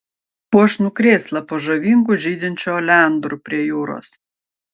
puošnų krėslą po žavingu žydinčiu oleandru prie jūros